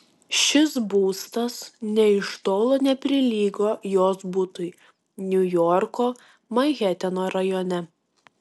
šis būstas nė iš tolo neprilygo jos butui niujorko manheteno rajone